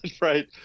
right